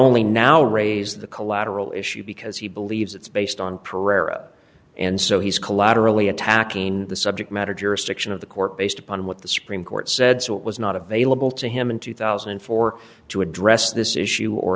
only now raise the collateral issue because he believes it's based on pereira and so he's collaterally attacking the subject matter jurisdiction of the court based upon what the supreme court said so it was not available to him in two thousand and four to address this issue or